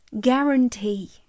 guarantee